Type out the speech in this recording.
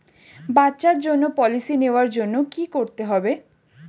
বাচ্চার জন্য পলিসি নেওয়ার জন্য কি করতে হবে?